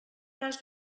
cas